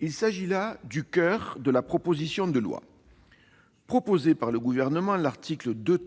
Il s'agit là du coeur de la proposition de loi. Proposé par le Gouvernement, l'article 2